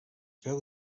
veu